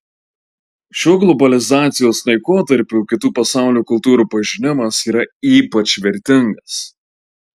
šiuo globalizacijos laikotarpiu kitų pasaulio kultūrų pažinimas yra ypač vertingas